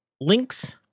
links